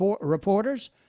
reporters